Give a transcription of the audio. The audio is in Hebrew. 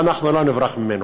אנחנו לא נברח ממנו.